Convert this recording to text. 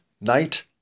night